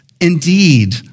Indeed